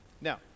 Now